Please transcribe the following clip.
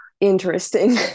interesting